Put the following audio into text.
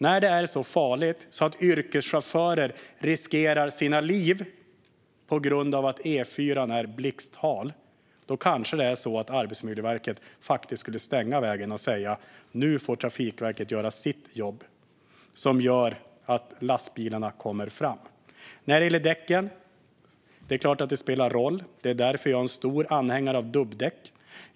När det är så farligt att yrkeschaufförer riskerar sina liv på grund av blixthalka på E4:an kanske Arbetsmiljöverket faktiskt skulle stänga vägen och säga: Nu får Trafikverket göra sitt jobb, så att lastbilarna kommer fram. Sedan gäller det däcken. Det är klart att det spelar roll. Det är därför jag är en stor anhängare av dubbdäck.